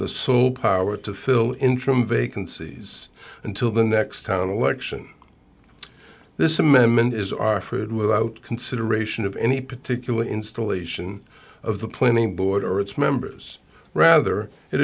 the sole power to fill interim vacancies until the next town election this amendment is our food without consideration of any particular installation of the planning board or its members rather